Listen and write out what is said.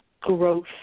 growth